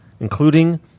including